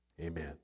amen